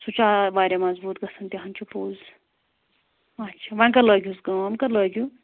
سُہ چھُ واریاہ مضبوٗط گژھان تِہ ہَن چھُ پوٚز اچھا وۄنۍ کَر لٲگِوُس کٲم کٲم کَر لٲگِو